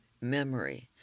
memory